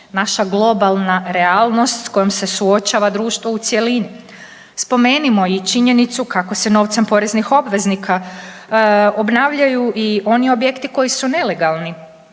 Naša globalna realnost s kojom se suočava društvo u cjelini. Spomenimo i činjenicu kako se novcem poreznih obveznika obnavljaju i oni objekti koji su nelegalni.